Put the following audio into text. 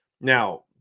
Now